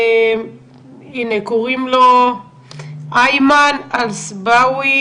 שקוראים לו אימן אלסבעאוי